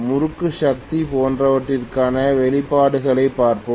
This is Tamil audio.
முறுக்கு சக்தி போன்றவற்றிற்கான வெளிப்பாடுகளைப் பார்ப்போம்